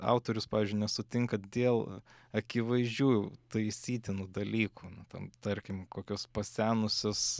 autorius pavyzdžiui nesutinka dėl akivaizdžių taisytinų dalykų nu ten tarkim kokios pasenusios